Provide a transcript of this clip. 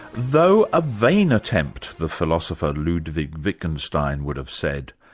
though a vain attempt, the philosopher ludwig wittgenstein, would have said.